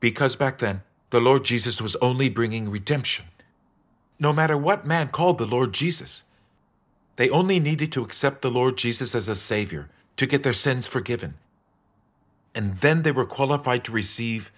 because back then the lord jesus was only bringing redemption no matter what man called the lord jesus they only needed to accept the lord jesus as a savior to get their sense forgiven and then they were qualified to receive